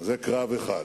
זה קרב אחד,